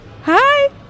Hi